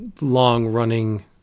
long-running